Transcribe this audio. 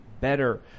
better